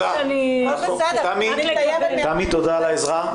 בסדר --- קטי תודה, תמי תודה על העזרה.